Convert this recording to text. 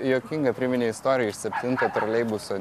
juokingą priminei istoriją iš septinto troleibuso